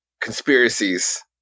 conspiracies